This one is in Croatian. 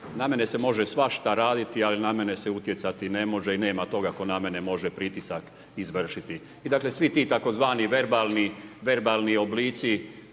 Na mene se može svašta raditi, ali na mene se utjecati ne može i nema toga tko na mene može pritisak izvršiti. I dakle svi ti tzv. verbalni oblici